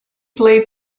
played